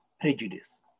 prejudice